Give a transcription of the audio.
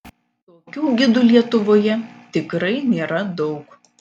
tokių gidų lietuvoje tikrai nėra daug